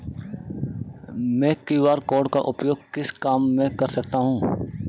मैं QR code का उपयोग किस काम में कर सकता हूं?